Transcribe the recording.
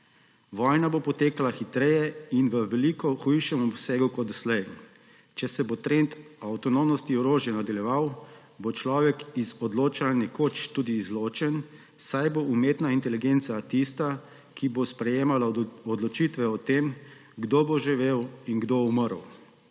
Vojna bo potekala hitreje in v veliko hujšem obsegu kot doslej. Če se bo trend avtonomnosti orožja nadaljeval, bo človek iz odločanja nekoč tudi izločen, saj bo umetna inteligenca tista, ki bo sprejemala odločitve o tem, kdo bo živel in kdo umrl.